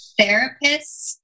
therapists